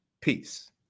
peace